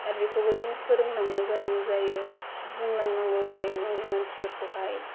आरो बेखौबो जोङो फोरोंलांनो गोनां जायो बिदि बुंलांनांगौ जायो न'नि मानसिफोरखौहाय